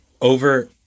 Over